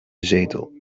zetel